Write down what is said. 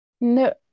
No